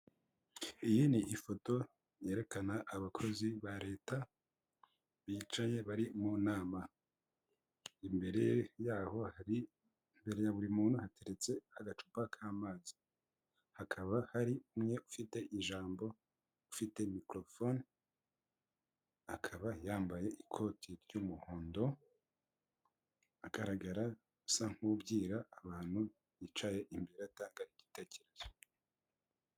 Iyi ni ifoto yerekana abakozi ba leta, bicaye bari mu nama, imbere yaho hari.... imbere ya buri muntu hateretse agacupa k'amazi, hakaba hari umwe ufite ijambo ufite mikorophone, akaba yambaye ikoti ry'umuhondo, agaragara nk'usa nk'ubwira abantu bicaye imbere atanga igitekerezo.